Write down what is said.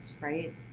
Right